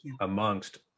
amongst